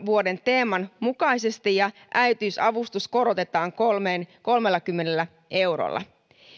vuoden teeman mukaisesti ja äitiysavustusta korotetaan kolmellakymmenellä eurolla